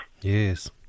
Yes